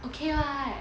okay [what]